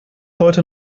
heute